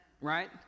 Right